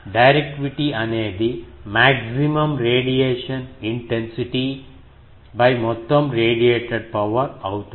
directivity అనేది maximum radiation intensity మొత్తం radiated power అవుతుంది